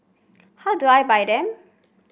how do I buy them